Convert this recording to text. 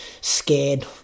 scared